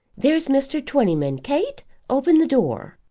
there's mr. twentyman. kate, open the door.